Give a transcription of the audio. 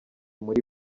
muri